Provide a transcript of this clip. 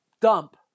dump